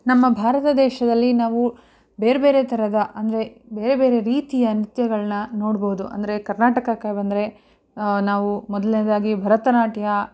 ನಮ್ಮ ಭಾರತ ದೇಶದಲ್ಲಿ ನಾವು ಬೇರೆ ಬೇರೆ ಥರದ ಅಂದರೆ ಬೇರೆ ಬೇರೆ ರೀತಿಯ ನೃತ್ಯಗಳನ್ನ ನೋಡ್ಬೋದು ಅಂದರೆ ಕರ್ನಾಟಕಕ್ಕೆ ಬಂದರೆ ನಾವು ಮೊದಲ್ನೇದಾಗಿ ಭರತನಾಟ್ಯ